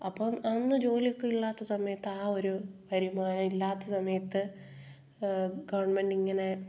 അപ്പം അന്ന് ജോലിയൊക്കെ ഇല്ലാത്ത സമയത്ത് ആ ഒരു വരുമാനം ഇല്ലാത്ത സമയത്ത് ഗവണ്മെൻറ്റിങ്ങനെ